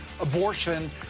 abortion